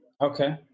Okay